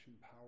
power